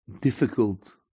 difficult